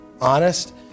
honest